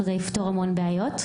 זה יפתור המון בעיות.